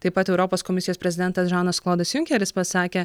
taip pat europos komisijos prezidentas žanas klodas junkeris pasisakė